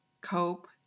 cope